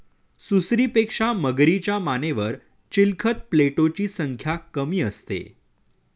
सुसरीपेक्षा मगरीच्या मानेवर चिलखत प्लेटोची संख्या कमी असते